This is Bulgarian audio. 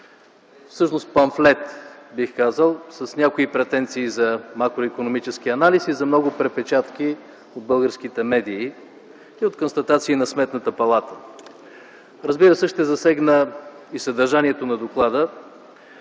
всъщност памфлет, бих казал, с някои претенции за макроикономически анализ и за много препечатки от българските медии и от констатации на Сметната палата. Разбира се, ще засегна и съдържанието на доклада,